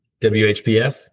whpf